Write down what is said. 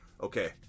Okay